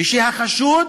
ושהחשוד,